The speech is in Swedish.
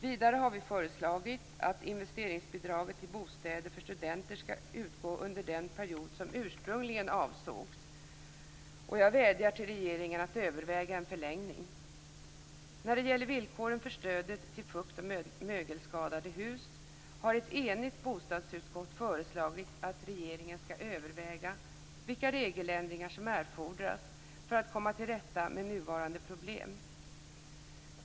Vidare har vi föreslagit att investeringsbidraget till bostäder för studenter skall utgå under den period som ursprungligen avsågs. Jag vädjar till regeringen att överväga en förlängning. När det gäller villkoren för stödet till fukt och mögelskadade hus har ett enigt bostadsutskott föreslagit att regeringen skall överväga vilka regeländringar som erfordras för att komma till rätta med nuvarande problem.